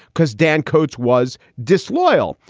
because dan coats was disloyal.